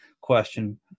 question